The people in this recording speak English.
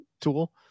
tool